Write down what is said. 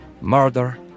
murder